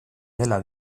dela